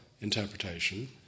interpretation